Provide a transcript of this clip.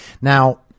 Now